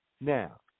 Now